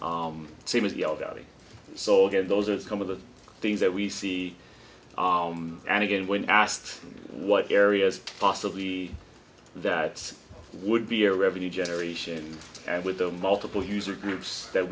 well same as the elderly so again those are some of the things that we see and again when asked what areas possibly that would be a revenue generation and with the multiple user groups that